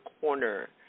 corner